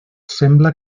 sembla